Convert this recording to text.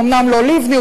אומנם לא לבני,